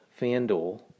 FanDuel